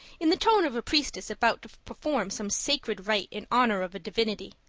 in the tone of a priestess about to perform some sacred rite in honor of a divinity.